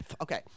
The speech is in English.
Okay